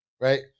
Right